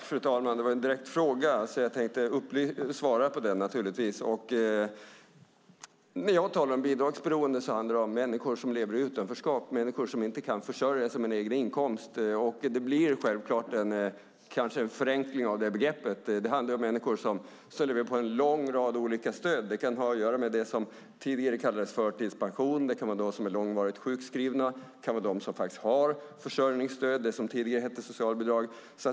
Fru talman! Det var en direkt fråga, som jag naturligtvis tänkte svara på. När jag talar om bidragsberoende handlar det om människor som lever i utanförskap och inte kan försörja sig med en egen inkomst. Det blir kanske en förenkling av begreppet. Det handlar om människor som stöter på en lång rad olika stöd. Det kan ha att göra med det som tidigare kallades förtidspension, det kan vara de som är långvarigt sjukskrivna, och det kan vara de som faktiskt har försörjningsstöd, som tidigare hette socialbidrag.